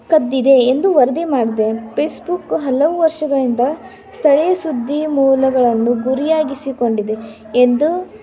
ಕದ್ದಿದೆ ಎಂದು ವರದಿ ಮಾಡಿದೆ ಪೇಸ್ಬುಕ್ಕು ಹಲವು ವರ್ಷಗಳಿಂದ ಸ್ಥಳೀಯ ಸುದ್ದಿ ಮೂಲಗಳನ್ನು ಗುರಿಯಾಗಿಸಿಕೊಂಡಿದೆ ಎಂದು